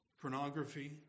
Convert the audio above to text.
pornography